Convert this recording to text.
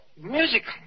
Musical